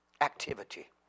activity